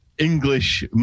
English